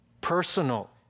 Personal